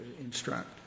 instruct